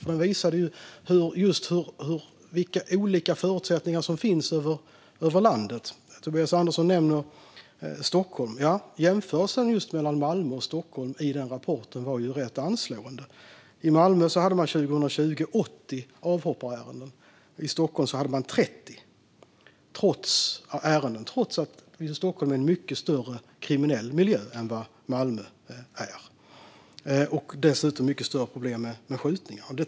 Den visade ju just hur olika förutsättningar som finns över landet. Tobias Andersson nämner Stockholm. Jämförelsen mellan just Malmö och Stockholm i den rapporten var rätt anslående. I Malmö hade man 80 avhopparärenden under 2020, men i Stockholm hade man 30, trots att Stockholm är en mycket större kriminell miljö än Malmö är. Man har dessutom mycket större problem med skjutningar i Stockholm.